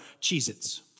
Cheez-Its